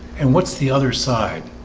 and what's the other side?